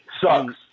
Sucks